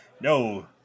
No